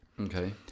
Okay